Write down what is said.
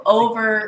over